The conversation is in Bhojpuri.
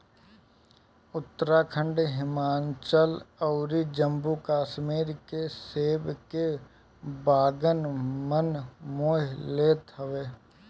उत्तराखंड, हिमाचल अउरी जम्मू कश्मीर के सेब के बगान मन मोह लेत हवे